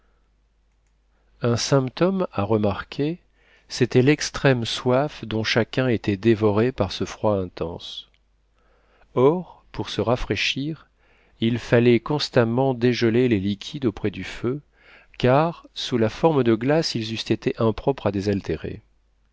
un symptôme à remarquer c'était l'extrême soif dont chacun était dévoré par ce froid intense or pour se rafraîchir il fallait constamment dégeler les liquides auprès du feu car sous la forme de glace ils eussent été impropres à désaltérer